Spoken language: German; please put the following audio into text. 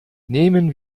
nehmen